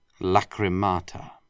lacrimata